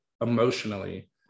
emotionally